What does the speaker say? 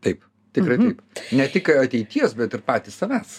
taip tikrai taip ne tik ateities bet ir patys savęs